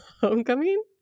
Homecoming